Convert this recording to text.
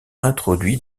introduit